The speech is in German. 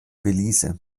belize